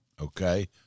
Okay